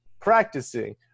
practicing